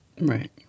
Right